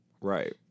right